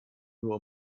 nur